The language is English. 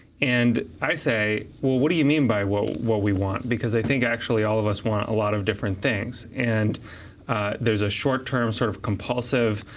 and i say, well what do you mean by what what we want because i think actually all of us want a lot of different things. and there's a short-term sort of compulsive